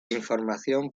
información